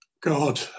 God